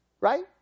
right